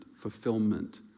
fulfillment